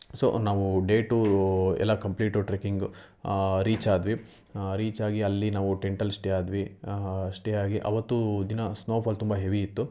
so ನಾವು day two ಎಲ್ಲ complete trekking reach ಆದ್ವಿ ರೀಚ್ ಆಗಿ ಅಲ್ಲಿ ನಾವು ಟೆಂಟಲ್ಲಿ ಸ್ಟೇ ಆದ್ವಿ ಸ್ಟೇ ಆಗಿ ಅವತ್ತು ದಿನ ಸ್ನೋಫಾಲ್ ತುಂಬ ಹೆವಿ ಇತ್ತು